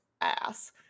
ass